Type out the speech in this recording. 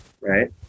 Right